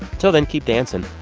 till then, keep dancing.